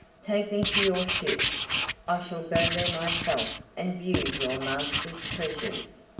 take me to your ship i shall go there myself and view your master's treasures.